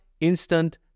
instant